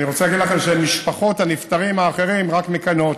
אני רוצה להגיד לכם שמשפחות הנפטרים האחרים רק מקנאות.